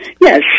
Yes